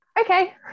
okay